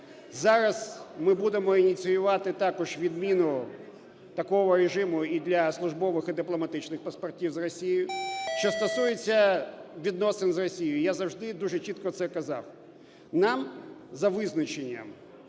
Зараз ми будемо ініціювати також відміну такого режиму і для службових і дипломатичних паспортів з Росією. Що стосується відносин з Росією, я завжди дуже чітко це казав: нам за визначенням